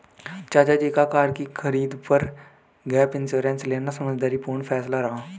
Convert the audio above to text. चाचा जी का कार की खरीद पर गैप इंश्योरेंस लेना समझदारी पूर्ण फैसला रहा